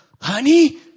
Honey